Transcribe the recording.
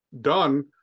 done